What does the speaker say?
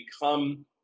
become